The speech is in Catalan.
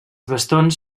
bastons